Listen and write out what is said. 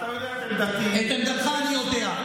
אתה יודע את עמדתי, את עמדתך אני יודע.